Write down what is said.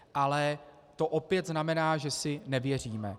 Ale to opět znamená, že si nevěříme.